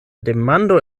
demando